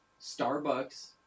Starbucks